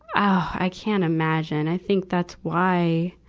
i can't imagine. i think that's why,